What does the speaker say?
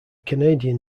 canadian